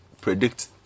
predict